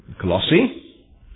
Colossi